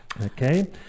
Okay